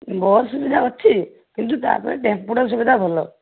bus ସୁବିଧା ଅଛି କିନ୍ତୁ ତା'ପାଇଁ ଟେମ୍ପୁଟା ସୁବିଧା ଭଲ